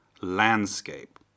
landscape